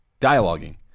Dialoguing